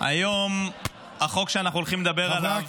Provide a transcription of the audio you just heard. החוק שאנחנו הולכים לדבר עליו היום,